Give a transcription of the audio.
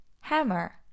Hammer